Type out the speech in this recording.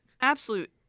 Absolute